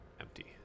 Empty